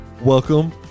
welcome